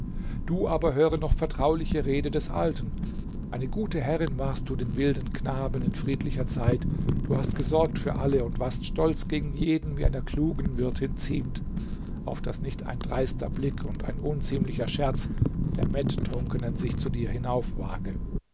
du aber höre noch vertrauliche rede des alten eine gute herrin warst du den wilden knaben in friedlicher zeit du hast gesorgt für alle und warst stolz gegen jeden wie einer klugen wirtin ziemt auf daß nicht ein dreister blick und ein unziemlicher scherz der mettrunkenen sich zu dir